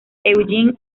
eugen